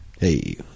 Hey